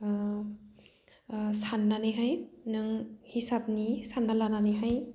साननानैहाय नों हिसाबनि सानना लानानैहाय